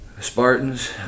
Spartans